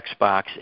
Xbox